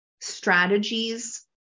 Strategies